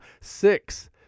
six